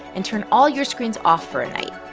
and turn all your screens off for a night